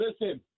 Listen